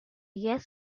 guess